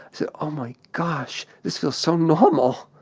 said, oh my gosh! this feels so normal!